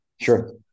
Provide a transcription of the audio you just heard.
sure